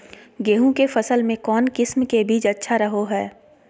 गेहूँ के फसल में कौन किसम के बीज अच्छा रहो हय?